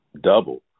double